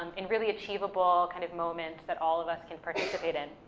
um in really achievable kind of moments that all of us can participate in.